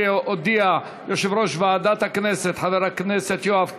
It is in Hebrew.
שהודיע יושב-ראש ועדת הכנסת חבר הכנסת יואב קיש.